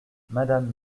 madame